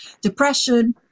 depression